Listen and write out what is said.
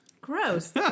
Gross